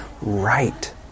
right